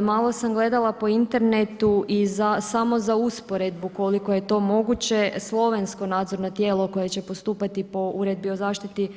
Malo sam gledala po internetu i samo za usporedbu koliko je to moguće, Slovensko nadzorno tijelo koje će postupati po uredbi o zaštiti